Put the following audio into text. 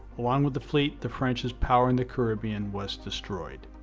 along with the fleet the french's power in the caribbean was destroyed.